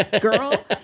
girl